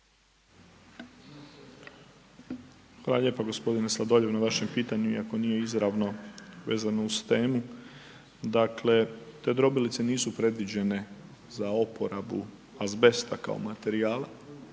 Hvala lijepo g. Sladoljev na vašem pitanju iako nije izravno vezano uz temu. Dakle, te drobilice nisu predviđene za oporabu azbesta kao materijala,